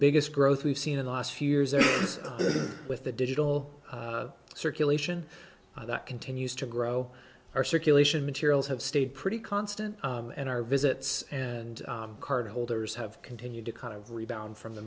biggest growth we've seen in the last few years with the digital circulation that continues to grow our circulation materials have stayed pretty constant and our visits and cardholders have continued to kind of rebound from the